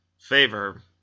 favor